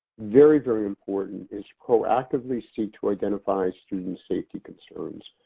very, very important is proactively seek to identify student safety concerns.